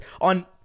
on